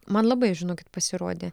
man labai žinokit pasirodė